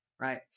right